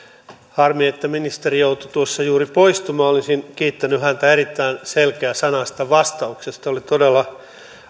harmi että ministeri joutui tuossa juuri poistumaan olisin kiittänyt häntä erittäin selkeäsanaisesta vastauksesta oli todella